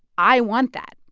i want that.